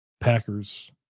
Packers